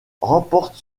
remporte